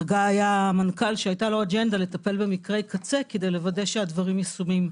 חגי היה המנכ"ל שהיתה לו אג'נדה במקרי קצה כדי לוודא שהדברים מיושמים.